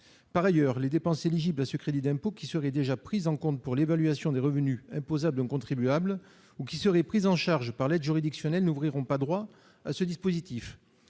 restituable. Les dépenses éligibles à ce crédit d'impôt qui seraient déjà prises en compte pour l'évaluation des revenus imposables d'un contribuable ou qui seraient prises en charge par l'aide juridictionnelle n'ouvriraient pas droit à ce dispositif.